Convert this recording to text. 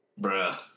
Bruh